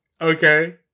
okay